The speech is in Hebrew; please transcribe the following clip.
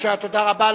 תודה רבה.